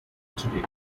today